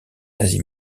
asie